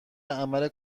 عمل